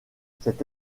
cette